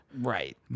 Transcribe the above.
right